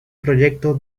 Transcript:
proyecto